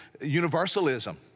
universalism